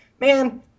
man